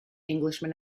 englishman